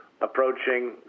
approaching